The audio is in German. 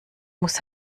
muss